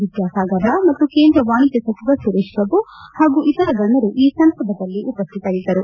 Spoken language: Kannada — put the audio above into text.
ವಿದ್ಯಾಸಾಗರ್ ರಾವ್ ಮತ್ತು ಕೇಂದ್ರ ವಾಣಿಜ್ಯ ಸಚಿವ ಸುರೇಶ್ ಪ್ರಭು ಹಾಗೂ ಇತರ ಗಣ್ಣರು ಈ ಸಂದರ್ಭದಲ್ಲಿ ಉಪಸ್ಥಿತರಿದ್ದರು